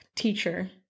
Teacher